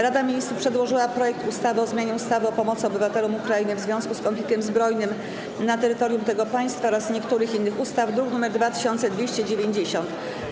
Rada Ministrów przedłożyła projekt ustawy o zmianie ustawy o pomocy obywatelom Ukrainy w związku z konfliktem zbrojnym na terytorium tego państwa oraz niektórych innych ustaw, druk nr 2290.